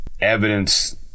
evidence